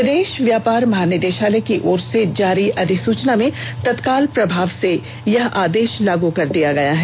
विदेश व्यापार महानिदेशालय की ओर से जारी अधिसूचना में तत्काल प्रभाव से यह आदेश लागू कर दिया गया है